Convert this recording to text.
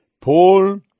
Paul